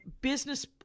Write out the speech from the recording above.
business